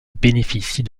bénéficient